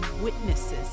witnesses